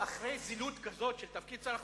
אחרי זילות כזאת של תפקיד שר החוץ,